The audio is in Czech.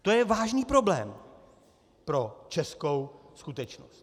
To je vážný problém pro českou skutečnost.